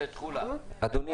אדוני,